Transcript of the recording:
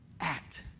Act